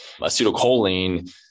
acetylcholine